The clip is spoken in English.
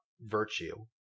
virtue –